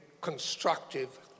constructive